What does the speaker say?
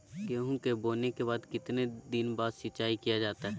गेंहू के बोने के कितने दिन बाद सिंचाई किया जाता है?